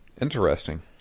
Interesting